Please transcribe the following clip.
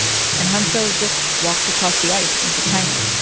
and hyeonseo just walked across the ice into china.